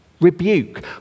rebuke